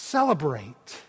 Celebrate